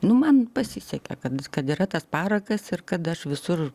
nu man pasisekė kad kad kad yra tas parakas ir kad aš visur